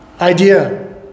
idea